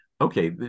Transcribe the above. Okay